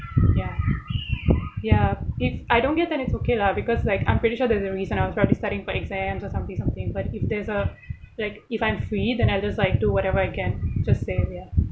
ya ya if I don't get then it's okay lah because like I'm pretty sure there's a reason I'm probably studying for exams or something something but if there's a like if I'm free then I'll just like do whatever I get just save ya